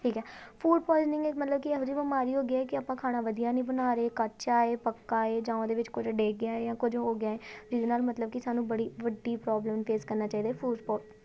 ਠੀਕ ਹੈ food poisoning ਇੱਕ ਮਤਲਬ ਕਿ ਇਹੋ ਜਿਹੀ ਬਿਮਾਰੀ ਹੋ ਗਈ ਹੈ ਕਿ ਆਪਾਂ ਖਾਣਾ ਵਧੀਆਂ ਨਹੀਂ ਬਣਾ ਰਹੇ ਕੱਚਾ ਹੈ ਪੱਕਾ ਹੈ ਜਾਂ ਉਹਦੇ ਵਿੱਚ ਕੁਝ ਡਿੱਗ ਗਿਆ ਹੈ ਜਾਂ ਕੁਝ ਹੋ ਗਿਆ ਜਿਹਦੇ ਨਾਲ ਮਤਲਬ ਕਿ ਸਾਨੂੰ ਬੜੀ ਵੱਡੀ ਪ੍ਰੋਬਲਮ ਫੇਸ ਕਰਨਾ ਚਾਹੀਦਾ ਫੂਸ ਪੋ